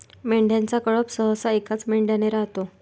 मेंढ्यांचा कळप सहसा एकाच मेंढ्याने राहतो